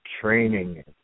training